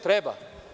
Treba.